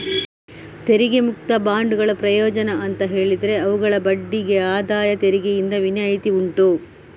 ತೆರಿಗೆ ಮುಕ್ತ ಬಾಂಡುಗಳ ಪ್ರಯೋಜನ ಅಂತ ಹೇಳಿದ್ರೆ ಅವುಗಳ ಬಡ್ಡಿಗೆ ಆದಾಯ ತೆರಿಗೆಯಿಂದ ವಿನಾಯಿತಿ ಉಂಟು